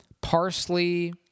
parsley